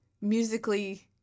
musically